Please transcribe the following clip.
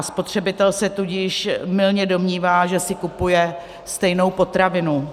Spotřebitel se tudíž mylně domnívá, že si kupuje stejnou potravinu.